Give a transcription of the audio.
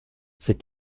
c’est